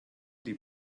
die